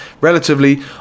relatively